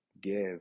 give